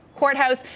courthouse